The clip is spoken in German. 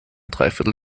dreiviertel